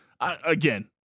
again